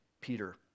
Peter